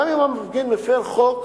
גם אם המפגין מפר חוק,